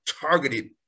targeted